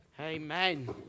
Amen